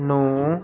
ਨੂੰ